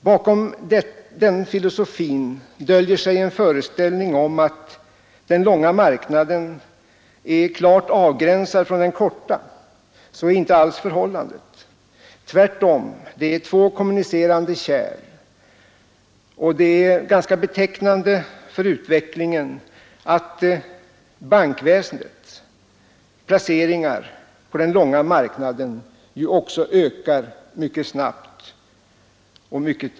Bakom den filosofin döljer sig en föreställning om att den långa marknaden är klart avgränsad från den korta, men så är inte alls förhållandet. Tvärtom. Det är två kommunicerande kärl. Och det är ganska betecknande för utvecklingen att bankväsendets placeringar på den långa marknaden ökar snabbt.